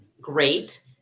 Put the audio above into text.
great